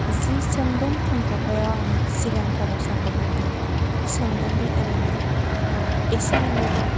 जि सोमदोन थुनफावथाइयाव आङो सिगांथाराव सान्दोंमोनदि सोमदोननि ओरैनो एसे एनैल'